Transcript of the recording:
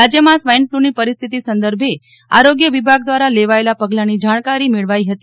રાજ્યમાં સ્વાઇન ફ્લૂની પરિસ્થિતિ સંદર્ભે આરોગ્ય વિભાગ દ્વારા લેવાયેલાં પગલાંની જાણકારી મેળવાઈ હતી